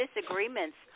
disagreements